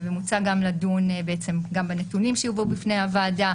ומוצע לדון גם בנתונים שיובאו בפני הוועדה